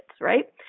right